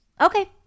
Okay